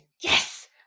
Yes